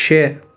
شےٚ